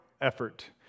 effort